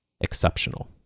exceptional